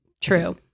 True